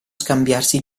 scambiarsi